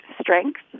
strength